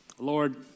Lord